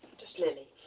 just lily.